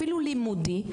אפילו לימודי,